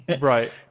Right